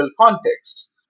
contexts